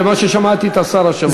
וממה ששמעתי מהשר השבוע,